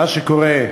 מה שקורה,